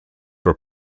were